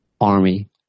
army